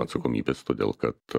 atsakomybės todėl kad